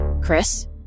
Chris